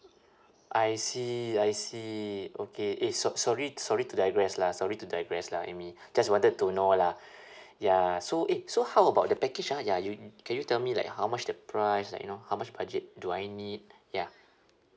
I see I see okay eh so~ sorry sorry to digress lah sorry to digress lah amy just wanted to know lah ya so eh so how about the package ah ya you can you tell me like how much the price like you know how much budget do I need ya